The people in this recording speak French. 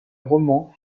roman